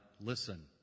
listen